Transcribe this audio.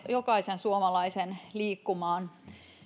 jokaisen suomalaisen liikkumaan